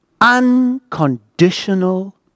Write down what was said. unconditional